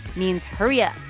means hurry up.